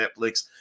Netflix